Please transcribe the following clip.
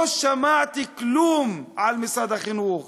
לא שמעתי כלום על משרד החינוך,